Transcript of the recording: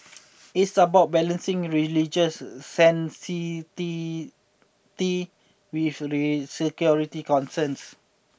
it's about balancing religious sanctity with security concerns